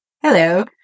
Hello